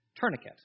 Tourniquet